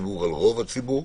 רוב הציבור.